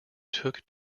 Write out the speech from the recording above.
took